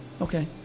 okay